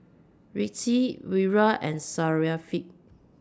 Rizqi Wira and Syafiqah